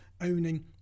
owning